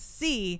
see